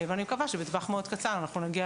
ואני מקווה שבטווח מאוד קצר אנחנו נגיע